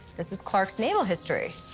this is clark's naval history.